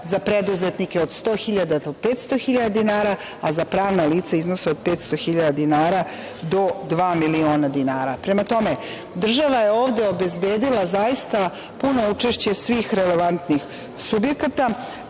za preduzetnike od 100.000,00 do 500.000,00 dinara, a za pravna lica iznos od 500.000,00 do 2.000.000,00 dinara. Prema tome, država je ovde obezbedila zaista puno učešće svih relevantnih subjekata